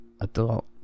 adult